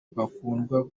bakundwa